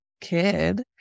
kid